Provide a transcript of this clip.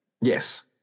Yes